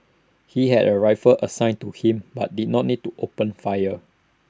he had A rifle assigned to him but did not need to open fire